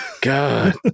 God